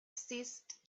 ceased